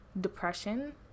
depression